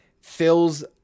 fills